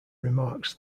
remarks